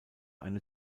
eine